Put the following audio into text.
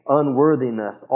unworthiness